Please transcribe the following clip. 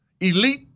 Elite